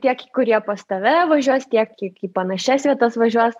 tiek kurie pas tave važiuos tiek kiek į panašias vietas važiuos